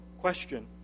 question